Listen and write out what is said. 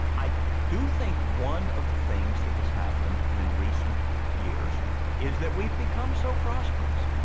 i do think one of the things that has happened in recent years is that we've become so prosperous.